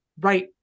right